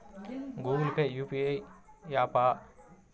Google Pay UPI య్యాపా?